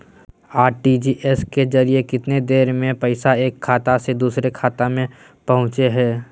RTGS के जरिए कितना देर में पैसा एक खाता से दुसर खाता में पहुचो है?